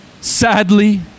sadly